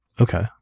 Okay